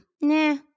nah